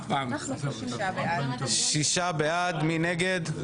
מי נגד,